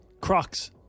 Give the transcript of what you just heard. Crocs